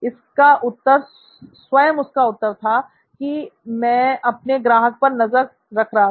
उसका उत्तर स्वयं उसका उत्तर था कि मैं अपने ग्राहक पर नजर रख रहा था